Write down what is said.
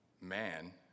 man